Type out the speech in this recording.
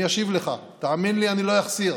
אני אשיב לך, תאמין לי, אני לא אחסיר.